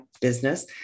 business